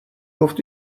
گفت